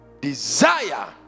desire